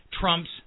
Trump's